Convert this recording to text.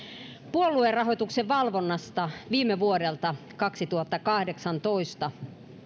puoluerahoituksen valvonnasta viime vuodelta eli kaksituhattakahdeksantoista